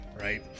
Right